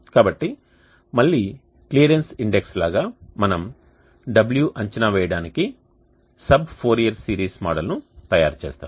కాబట్టి మళ్లీ clearance index లాగా మనము w అంచనా వేయడానికి సబ్ ఫోరియర్ సిరీస్ మోడల్ను తయారు చేస్తాము